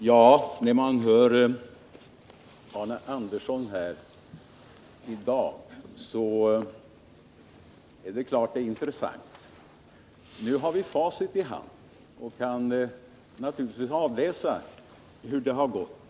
Herr talman! Det är intressant att lyssna på Arne Andersson i Falun här i dag. Nu har vi ju facit i hand och kan avläsa hur det har gått.